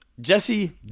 Jesse